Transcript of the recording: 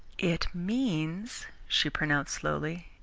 it means, she pronounced slowly,